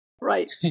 Right